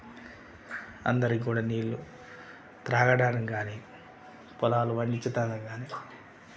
అందరి కూడా నీళ్లు త్రాగడానికి గానీ పొలాలు పండించటానికి గానీ